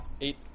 eight